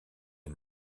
est